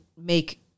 make